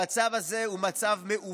המצב הזה הוא מעוות,